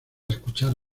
escuchar